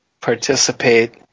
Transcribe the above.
participate